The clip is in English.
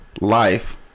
Life